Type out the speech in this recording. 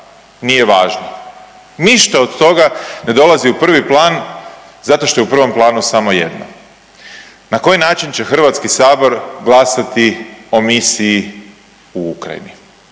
nije važno, ništa od toga ne dolazi u prvi plan zato što je u prvom planu samo jedno na koji će način Hrvatski sabor glasati o misiji u Ukrajini,